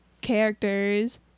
characters